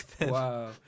Wow